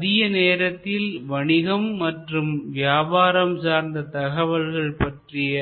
மதிய நேரத்தில் வணிகம் மற்றும் வியாபாரம் சார்ந்த தகவல்கள் பற்றிய